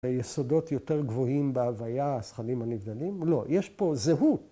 ‫היסודות יותר גבוהים בהוויה, ‫השכלים הנבדלים? לא. ‫יש פה זהות.